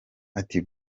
ati